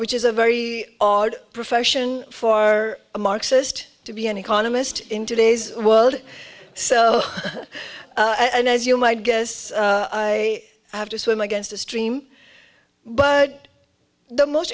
which is a very odd profession for our marxist to be an economist in today's world and as you might guess i have to swim against the stream but the most